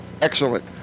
Excellent